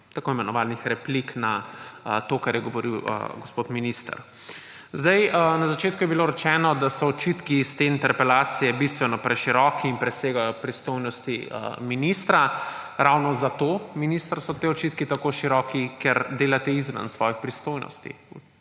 tako imenovanih replik na to, kar je govoril gospod minister. Na začetku je bilo rečeno, da so očitki iz te interpelacije bistveno preširoki in presegajo pristojnosti ministra. Ravno zato, minister, so ti očitki tako široki, ker delate izven svojih pristojnosti